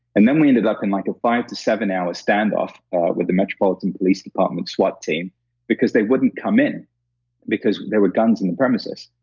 and then we ended up in like a five to seven-hour ah standoff with the metropolitan police department swat team because they wouldn't come in because there were guns on the premises.